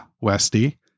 Westy